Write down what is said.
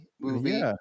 movie